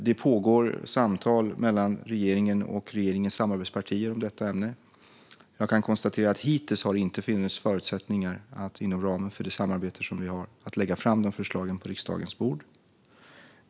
Det pågår samtal mellan regeringen och dess samarbetspartier om detta ämne. Jag kan konstatera att det hittills inte har funnits förutsättningar för att inom ramen för det samarbete vi har lägga fram de förslagen på riksdagens bord.